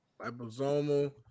Liposomal